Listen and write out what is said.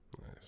Nice